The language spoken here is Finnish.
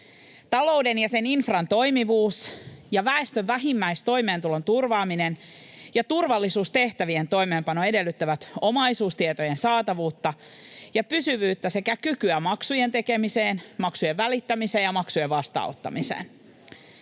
Talouden ja sen infran toimivuus ja väestön vähimmäistoimeentulon turvaaminen ja turvallisuustehtävien toimeenpano edellyttävät omaisuustietojen saatavuutta ja pysyvyyttä sekä kykyä maksujen tekemiseen, maksujen välittämiseen ja maksujen vastaanottamiseen.